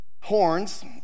horns